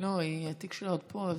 התיק שלה עוד פה.